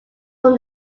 from